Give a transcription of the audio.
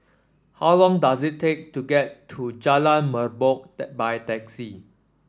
how long does it take to get to Jalan Merbok by taxi